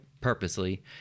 purposely